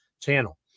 channel